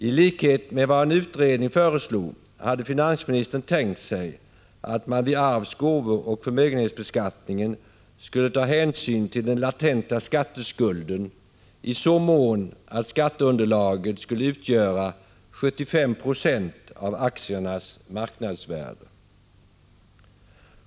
I likhet med vad en utredning föreslog hade finansministern tänkt sig att man vid arvs-, gåvooch förmögenhetsbeskattningen skulle ta hänsyn till den latenta skatteskulden i så mån att skatteunderlaget skulle utgöra 75 90 av aktiernas marknadsvärde.